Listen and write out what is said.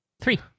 Three